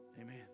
Amen